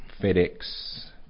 FedEx